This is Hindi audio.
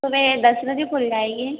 सुबह दस बजे खुल जाएगी